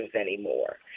anymore